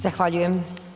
Zahvaljujem.